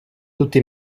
tutti